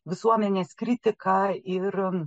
visuomenės kritika ir